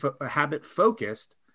habit-focused